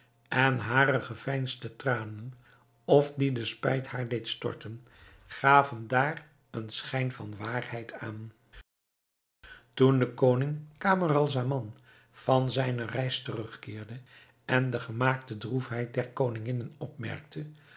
en hare geveinsde tranen of die de spijt haar deed storten gaven daar een schijn van waarheid aan toen de koning camaralzaman van zijne reis terugkeerde en de gemaakte droefheid der koninginnen opmerkte